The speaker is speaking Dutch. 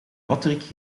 patrick